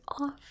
off